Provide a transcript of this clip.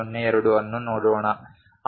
02 ಅನ್ನು ನೋಡೋಣ